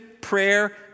prayer